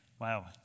Wow